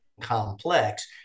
complex